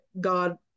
God